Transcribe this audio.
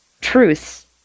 truths